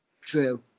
True